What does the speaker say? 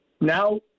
now